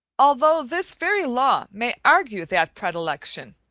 although this very law may argue that predilection,